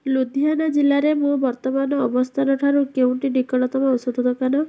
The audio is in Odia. ଲୁଧିଆନା ଜିଲ୍ଲାରେ ମୁଁ ବର୍ତ୍ତମାନ ଅବସ୍ଥାନ ଠାରୁ କେଉଁଟି ନିକଟତମ ଔଷଧ ଦୋକାନ